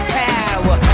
power